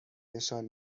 نشان